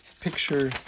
picture